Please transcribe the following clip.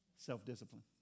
self-discipline